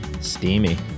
Steamy